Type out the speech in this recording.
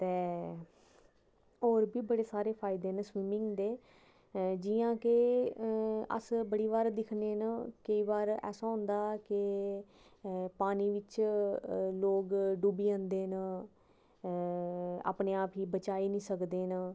ते होर बी बड़े सारे फैदा न स्विमिंग दे जि'यां के अस बड़ी बार दिक्खने न केईं बार ऐसा होंदा के पानी बिच्च लोग डुब्बी जंदे न अपने आप गी बचाई नेईं सकदे न